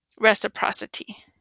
reciprocity